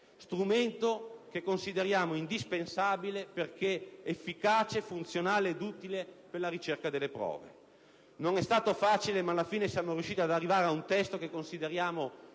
strumento che consideriamo indispensabile perché efficace, funzionale ed utile per la ricerca delle prove. Non è stato facile, ma alla fine siamo riusciti ad arrivare ad un testo che consideriamo